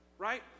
Right